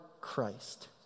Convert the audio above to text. Christ